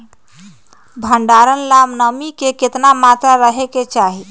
भंडारण ला नामी के केतना मात्रा राहेके चाही?